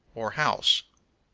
or house.